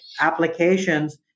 applications